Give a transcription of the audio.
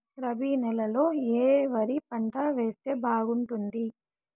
రబి నెలలో ఏ వరి పంట వేస్తే బాగుంటుంది